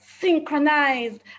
synchronized